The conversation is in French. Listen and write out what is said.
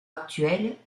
actuelle